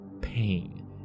pain